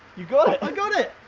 you got it? i got it!